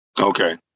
Okay